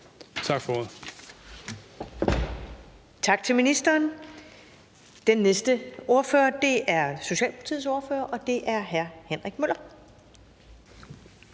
Tak for ordet.